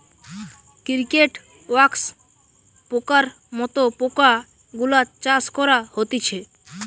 cricket, wax পোকার মত পোকা গুলার চাষ করা হতিছে